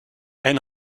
ein